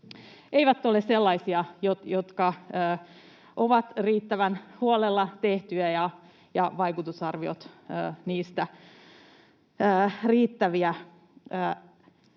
eivät ole sellaisia, että olisivat riittävän huolella tehtyjä ja vaikutusarviot niistä riittäviä.